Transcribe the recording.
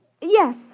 Yes